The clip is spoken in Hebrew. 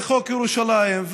וחוק ירושלים,